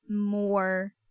more